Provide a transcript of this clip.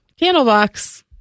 Candlebox